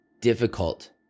difficult